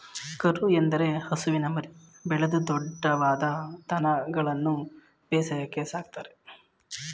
ಕರು ಎಂದರೆ ಹಸುವಿನ ಮರಿ, ಬೆಳೆದು ದೊಡ್ದವಾದ ದನಗಳನ್ಗನು ಬೇಸಾಯಕ್ಕೆ ಸಾಕ್ತರೆ